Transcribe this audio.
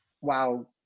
wow